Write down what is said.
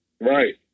Right